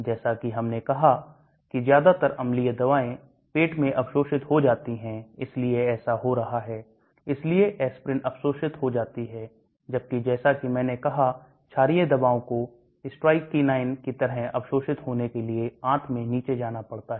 जैसा कि हमने कहा है कि ज्यादातर अम्लीय दवाएं पेट में अवशोषित हो जाती हैं इसलिए ऐसा हो रहा है इसलिए aspirin अवशोषित हो जाती है जबकि जैसा कि मैंने कहा छारीय दवाओं को strychnine की तरह अवशोषित होने के लिए आंत में नीचे जाना पड़ता है